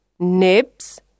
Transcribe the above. Nibs